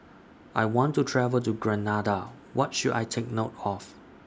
I want to travel to Grenada What should I Take note of